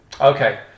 Okay